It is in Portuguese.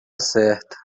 certa